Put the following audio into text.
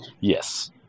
Yes